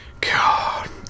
God